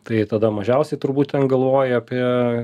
tai tada mažiausiai turbūt ten galvoji apie